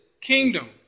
kingdom